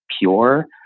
pure